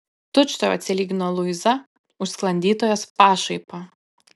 tučtuojau atsilygino luiza už sklandytojos pašaipą